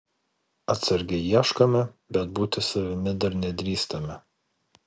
atsargiai ieškome bet būti savimi dar nedrįstame